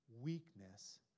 weakness